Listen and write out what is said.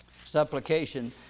Supplication